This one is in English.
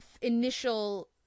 initial